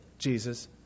Jesus